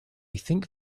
think